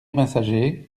messager